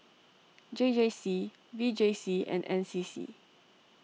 J J C V J C and N C C